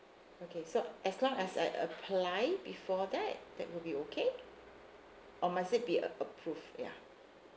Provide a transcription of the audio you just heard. okay so as long as I apply before that that will be okay or must it be approved ya